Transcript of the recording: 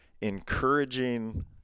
encouraging